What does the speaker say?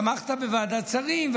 תמכת בוועדת השרים,